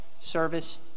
service